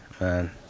man